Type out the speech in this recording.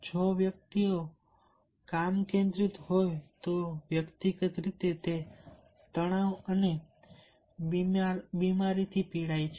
જો કામ વ્યક્તિઓ માટે કેન્દ્રિય હોય તો વ્યક્તિગત રીતે તે તણાવ અને બીમારીથી પીડાય છે